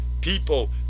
People